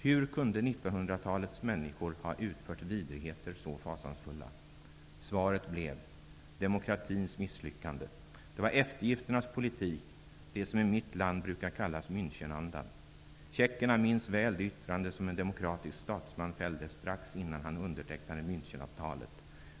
''Hur kunde nittonhundratalets människor -- ha utfört vidrigheter så fasansfulla --?'' Svaret blev: ''Demokratins misslyckande. Det var eftergifternas politik -- det som i mitt land brukar kallas Münchenandan --.'' ''Tjeckerna minns väl det yttrande som en demokratisk statsman fällde strax innan han undertecknade Münchenavtalet --.''